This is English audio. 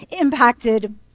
impacted